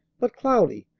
but, cloudy,